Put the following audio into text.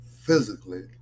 physically